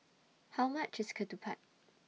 How much IS Ketupat